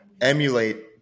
emulate